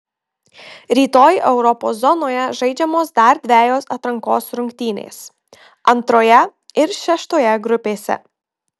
rytoj europos zonoje žaidžiamos dar dvejos atrankos rungtynės antroje ir šeštoje grupėse